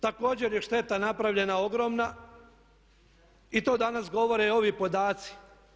Također je šteta napravljena ogromna i to danas govore ovi podaci.